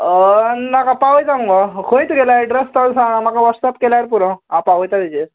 नाका पावयता मुगो खंय तुगेलें एड्रॅस तो सांग म्हाका वॉस्सप केल्यार पुरो हांव पावयता तेजे